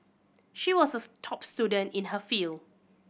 she was a top student in her field